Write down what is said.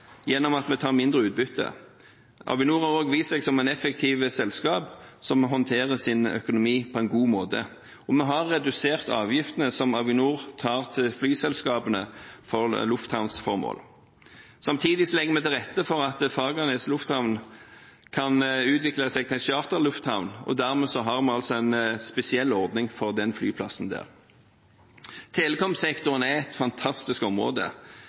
gjennom at vi tar mindre utbytte. Avinor har også vist seg som et effektivt selskap som håndterer økonomien sin på en god måte. Vi har redusert avgiftene Avinor tar fra flyselskapene for lufthavnsformål. Samtidig legger vi til rette for at Fagernes lufthavn kan utvikle seg til en charterlufthavn. Dermed har vi altså en spesiell ordning for den flyplassen. Telekomsektoren er et fantastisk område,